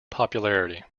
popularity